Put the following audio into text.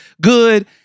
good